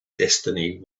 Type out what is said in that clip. destiny